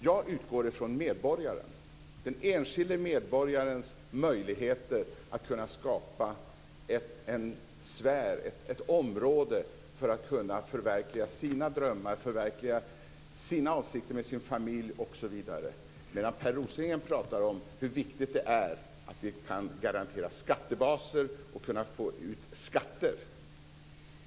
Jag utgår från medborgaren - den enskilda medborgarens möjligheter att skapa en sfär och ett område för att förverkliga sina drömmar, sina avsikter med sin familj osv. Per Rosengren däremot pratar om hur viktigt det är att vi kan garantera skattebaser och få ut skatter.